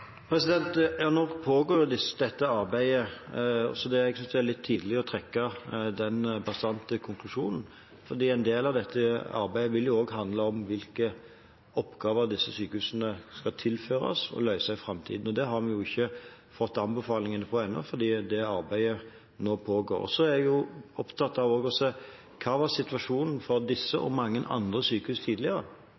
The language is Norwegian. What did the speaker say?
Nå pågår dette arbeidet, så jeg synes det er litt tidlig å trekke den bastante konklusjonen. En del av dette arbeidet vil også handle om hvilke oppgaver disse sykehusene skal tilføres og løse i framtiden. Her har vi ikke fått anbefalingene ennå, fordi det arbeidet pågår nå. Så er jeg opptatt av å se på hva som tidligere var situasjonen for disse